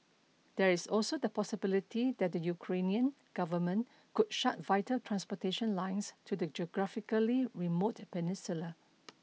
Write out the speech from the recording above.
there is also the possibility that the Ukrainian government could shut vital transportation lines to the geographically remote peninsula